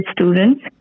students